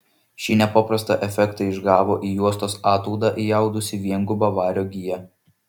šį nepaprastą efektą išgavo į juostos ataudą įaudusi viengubą vario giją